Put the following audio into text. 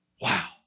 Wow